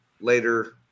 later